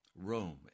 Rome